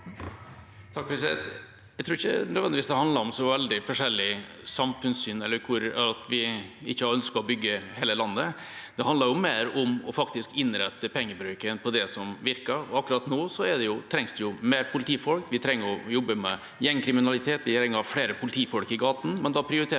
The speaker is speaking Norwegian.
(H) Jeg tror ikke det nød- vendigvis handler om et så veldig forskjellig samfunnssyn, og at vi ikke har ønsket å bygge hele landet. Det handler mer om å innrette pengebruken mot det som virker. Akkurat nå trengs det mer politifolk. Vi trenger å jobbe med gjengkriminaliteten. Vi trenger flere politifolk i gatene,